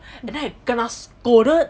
and then I kena scolded